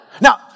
Now